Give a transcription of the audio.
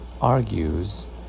argues